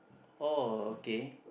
oh okay